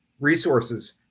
resources